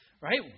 Right